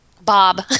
Bob